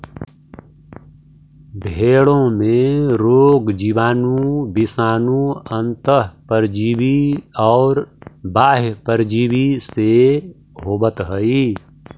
भेंड़ों में रोग जीवाणु, विषाणु, अन्तः परजीवी और बाह्य परजीवी से होवत हई